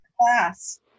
class